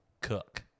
cook